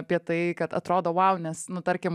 apie tai kad atrodo vau nes nu tarkim